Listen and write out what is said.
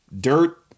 Dirt